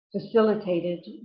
facilitated